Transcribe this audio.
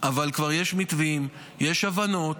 אבל כבר יש מתווים, יש הבנות.